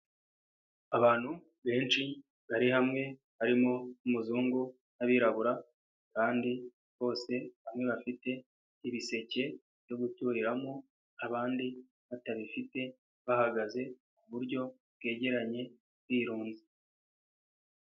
Abantu benshi bari hamwe, harimo umuzungu n'abirabura kandi bose bafite ibiseke byo guturiramo, abandi batabifite bahagaze ku buryo bwegeranye birunze.